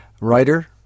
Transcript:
writer